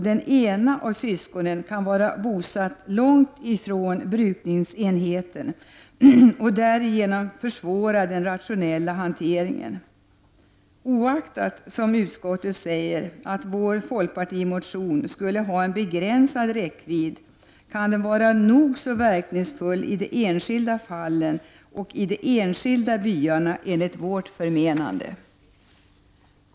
Den ene av syskonen kan vara bosatt långt i från brukningsenheten. Därigenom försvåras den rationella hanteringen. Oaktat — som utskottet säger — att vår folkpartimotion skulle ha en begränsad räckvidd, kan den vara nog så verkningsfull i de enskilda fallen och i de enskilda byarna, enligt vårt förmenande.